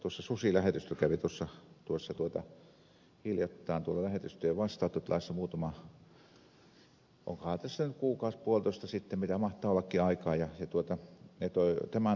susilähetystö kävi tuossa hiljattain tuolla lähetystöjen vastaanottotilassa muutama onkohan tästä nyt kuukausi puolitoista sitten mitä mahtaa ollakin aikaa ja he toivat tämän huolen esille